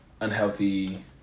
unhealthy